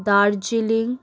Darjeeling